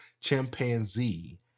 Chimpanzee